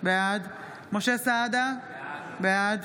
בעד משה סעדה, בעד